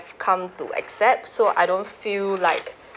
come to accept so I don't feel like